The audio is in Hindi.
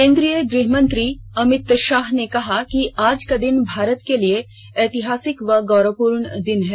केंद्रीय गृह मंत्री अमित शाह ने कहा कि आज का दिन भारत के लिए एक ऐतिहासिक व गौरवपूर्ण दिन है